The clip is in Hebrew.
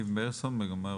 ניב מאירסון מגמה ירוקה.